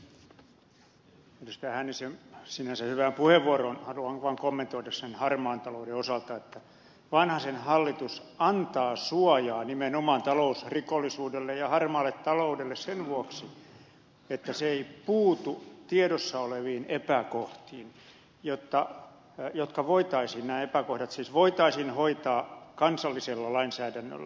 hännisen sinänsä hyvään puheenvuoroon haluan vaan kommentoida sen harmaan talouden osalta että vanhasen hallitus antaa suojaa nimenomaan talousrikollisuudelle ja harmaalle taloudelle sen vuoksi että se ei puutu tiedossa oleviin epäkohtiin jotka voitaisiin hoitaa kansallisella lainsäädännöllä